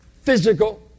physical